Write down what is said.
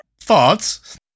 thoughts